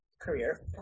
career